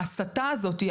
ההסטה הזאת,